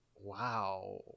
Wow